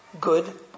good